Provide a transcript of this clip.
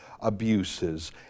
abuses